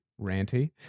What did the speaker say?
ranty